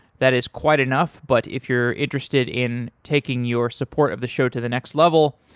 that is quite enough, but if you're interested in taking your support of the show to the next level,